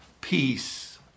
Peace